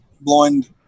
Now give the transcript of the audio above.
blind